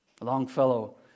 Longfellow